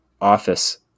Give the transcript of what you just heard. office